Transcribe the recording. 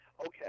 Okay